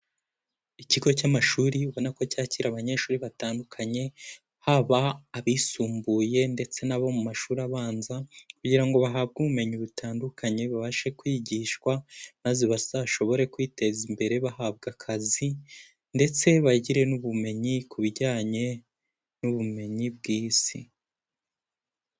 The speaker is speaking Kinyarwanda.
Ikigo cy'amashuri ubona ko cyakira abanyeshuri batandukanye, haba abisumbuye ndetse nabo mu mashuri abanza, kugira ngo bahabwe ubumenyi butandukanye babashe kwigishwa maze bazashobore kwiteza imbere bahabwa akazi, ndetse bagire n'ubumenyi ku bijyanye n'ubumenyi bw'Isi.